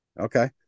Okay